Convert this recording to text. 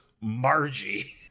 Margie